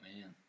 man